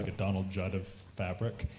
like donald judd of fabric,